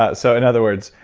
ah so in other words,